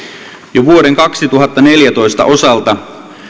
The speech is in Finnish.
jo vuoden kaksituhattaneljätoista osalta